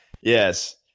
Yes